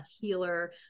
healer